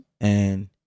and-